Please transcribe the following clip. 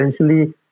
essentially